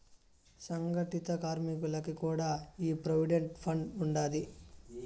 సంగటిత కార్మికులకి కూడా ఈ ప్రోవిడెంట్ ఫండ్ ఉండాది